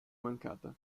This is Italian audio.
mancata